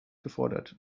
gefordert